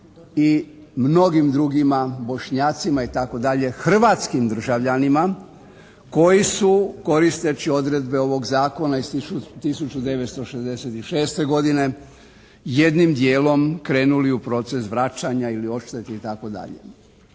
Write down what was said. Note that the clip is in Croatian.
i mnogim drugima bošnjacima itd., hrvatskim državljanima koji su koristeći odredbe ovog Zakona iz 1966. godine jednim dijelom krenuli u proces vraćanja ili odštete itd.